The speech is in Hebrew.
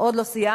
עוד לא סיימנו.